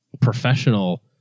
professional